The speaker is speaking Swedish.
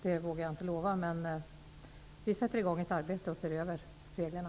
Det vågar jag inte lova. Men vi har satt i gång arbetet med att se över reglerna.